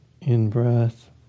In-breath